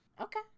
Okay